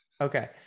Okay